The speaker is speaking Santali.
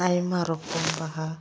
ᱟᱭᱢᱟ ᱨᱚᱠᱚᱢ ᱵᱟᱦᱟ